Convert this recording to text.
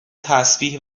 تسبیح